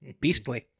Beastly